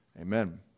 amen